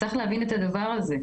צריך להבין את הדבר הזה.